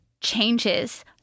Changes